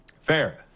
fair